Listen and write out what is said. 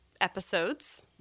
episodes